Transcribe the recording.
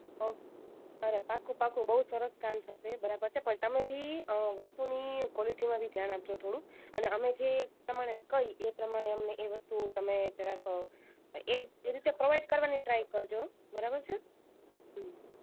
ઓ સરસ પાકું પાકું બહુ સરસ કામ થશે બરાબર છે પણ તમે બી વસ્તુની ક્વૉલિટીમાં બી ધ્યાન આપજો થોડું અને અમે જે પ્રમાણે કહીએ એ પ્રમાણે અમને એ વસ્તુઓ તમે જરાક એ એ રીતે પ્રોવાઈડ કરવાની ટ્રાય કરજો બરાબર છે હં